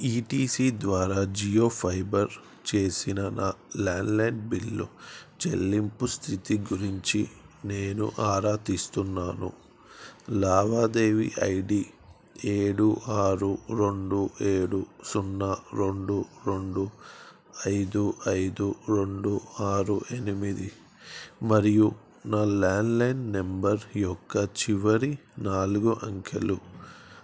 ఈ T C ద్వారా Jio fibre చేసిన నా ల్యాండ్లైన్ బిల్లు చెల్లింపు స్థితి గురించి నేను ఆరాతీస్తున్నాను లావాదేవీ ఐ డి ఏడు ఆరు రెండు ఏడు సున్నా రెండు రెండు ఐదు ఐదు రెండు ఆరు ఎనిమిది మరియు నా ల్యాండ్లైన్ నెంబర్ యొక్క చివరి నాలుగు అంకెలు